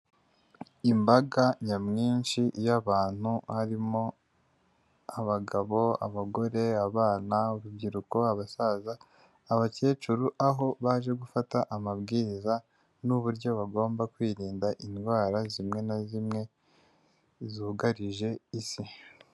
Imbaga nyamwinshi y'abantu harimo abagabo, abagore, abana, urubyiruko, abasaza, abakecuru aho baje gufata amabwiriza n'uburyo bagomba kwirinda indwara zimwe na zimwe zugarije isi.